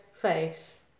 face